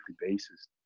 basis